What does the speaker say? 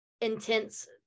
intense